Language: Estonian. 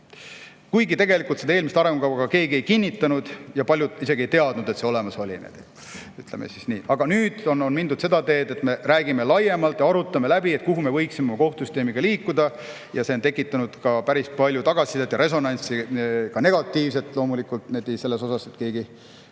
Samas tegelikult seda eelmist arengukava keegi ei kinnitanud ja paljud isegi ei teadnud, et see olemas oli. Aga nüüd on mindud seda teed, et me räägime laiemalt läbi, kuhu me võiksime oma kohtusüsteemiga liikuda. See on tekitanud päris palju tagasisidet ja resonantsi, ka negatiivset – loomulikult seepärast, et keegi